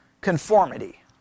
Conformity